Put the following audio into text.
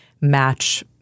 match